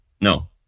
No